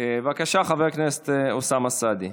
בבקשה, חבר הכנסת אוסאמה סעדי.